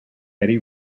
eddie